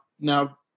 now